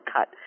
Cut